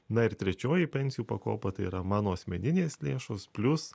na ir trečioji pensijų pakopa tai yra mano asmeninės lėšos plius